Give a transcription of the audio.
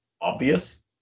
obvious